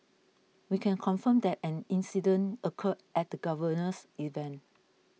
we can confirm that an incident occurred at the Governor's event